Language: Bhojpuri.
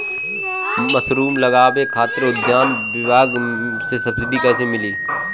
मशरूम लगावे खातिर उद्यान विभाग से सब्सिडी कैसे मिली?